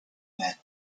men